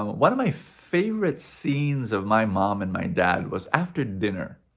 one of my favorite scenes of my mom and my dad was, after dinner.